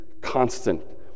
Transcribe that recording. constant